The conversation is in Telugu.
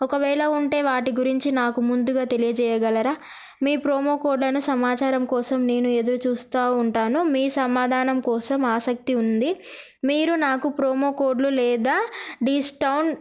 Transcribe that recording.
ఒకవేళ ఉంటే వాటి గురించి నాకు ముందుగా తెలియజేయగలరా మీ ప్రోమో కోడ్లను సమాచారం కోసం నేను ఎదురు చూస్తూ ఉంటాను మీ సమాధానం కోసం ఆసక్తి ఉంది మీరు నాకు ప్రోమో కోడ్లు లేదా డిస్కౌంట్